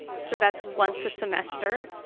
so that's once a semester.